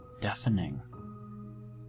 deafening